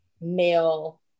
male